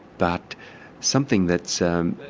but something that's um